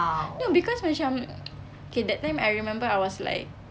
no because macam okay that time I remember I was like